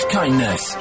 kindness